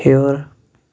ہیوٚر